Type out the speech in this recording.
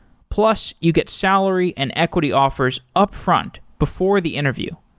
plus you get salary and equity offers upfront before the interview.